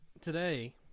today